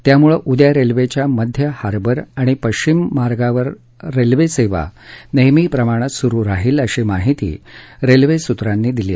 त्यामुळे उद्या रेल्वेच्या मध्य हार्बर आणि पश्विम मार्गावर रेल्वेसेवा नेहमीप्रमाणेच सुरू राहिल अशी माहिती रेल्वेच्या सूत्रांनी दिली